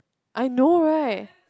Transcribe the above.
I know right